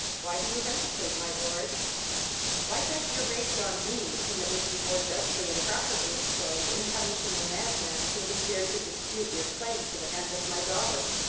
why do you hesitate, my lord why vent your rage on me, when it would be more justly and properly employed in punishing a madman who has dared to dispute your claim to the hand of my daughter?